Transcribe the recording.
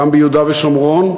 גם ביהודה ושומרון,